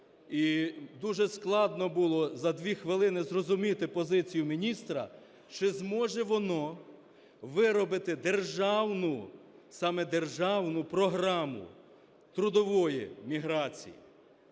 дуже складно було за 2 хвилини зрозуміти позицію міністра. Чи зможе воно виробити державну, саме державну програму трудової міграції,